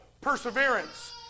perseverance